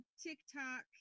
TikTok